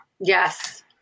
yes